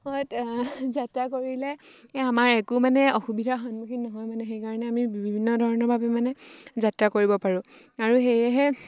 যাত্ৰা কৰিলে আমাৰ একো মানে অসুবিধাৰ সন্মুখীন নহয় মানে সেইকাৰণে আমি বিভিন্ন ধৰণৰ ভাবে মানে যাত্ৰা কৰিব পাৰোঁ আৰু সেয়েহে